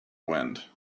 wind